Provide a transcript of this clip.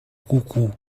coucou